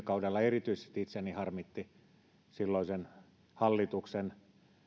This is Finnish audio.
kaudella itseäni erityisesti harmitti silloisen hallituksen